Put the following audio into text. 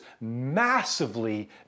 massively